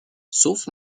sauf